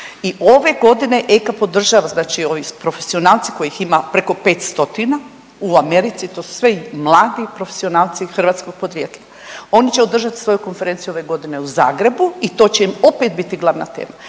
i ove godine ACAP podržava, znači ovi profesionalci kojih ima preko 5 stotina u Americi, to su sve mladi profesionalci hrvatskog podrijetla. Oni će održat svoju konferenciju ove godine u Zagrebu i to će im opet biti glava tema.